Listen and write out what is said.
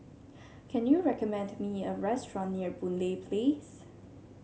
can you recommend me a restaurant near Boon Lay Place